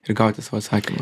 ir gauti savo atsakymą